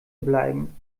bleiben